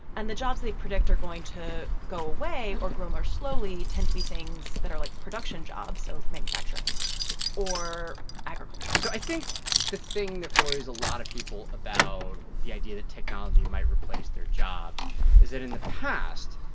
and the jobs they predict are going to go away or grow more slowly tend to be things that are, like, production jobs, so manufacturing or agriculture so i think the thing that worries a lot of people about the idea that technology might replace their jobs is that, in the past,